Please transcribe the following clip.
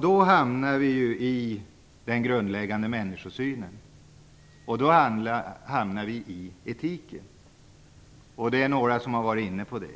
Det handlar då om den grundläggande människosynen och etiken. Några talare har varit inne på det.